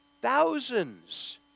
Thousands